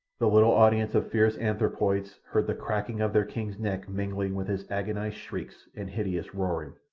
the little audience of fierce anthropoids heard the creaking of their king's neck mingling with his agonized shrieks and hideous roaring.